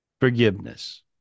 forgiveness